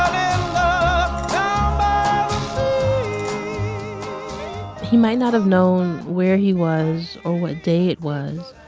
um he might not have known where he was or what day it was.